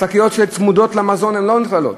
השקיות שצמודות למזון לא נכללות.